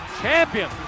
champion